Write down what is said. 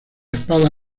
espada